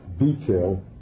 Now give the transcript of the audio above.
detail